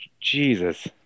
jesus